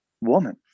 woman